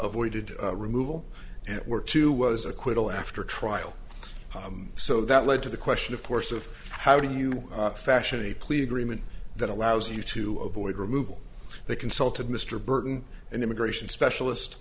voided removal and were to was acquittal after trial so that led to the question of course of how do you fashion a plea agreement that allows you to avoid removal they consulted mr burton and immigration specialist